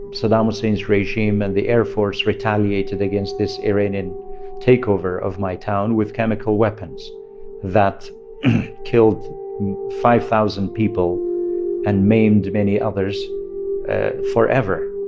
saddam hussein's regime and the air force retaliated against this iranian takeover of my town with chemical weapons that killed five thousand people and maimed many others forever